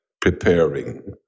preparing